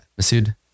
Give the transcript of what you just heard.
Masood